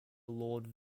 lord